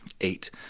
eight